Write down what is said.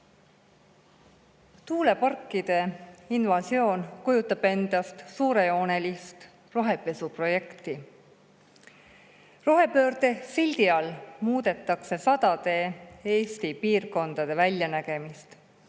Tuuleparkide invasioon kujutab endast suurejoonelist rohepesuprojekti. Rohepöörde sildi all muudetakse sadade Eesti piirkondade väljanägemist.